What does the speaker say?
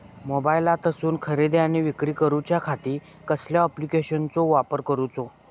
मोबाईलातसून खरेदी आणि विक्री करूच्या खाती कसल्या ॲप्लिकेशनाचो वापर करूचो?